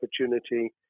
opportunity